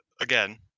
again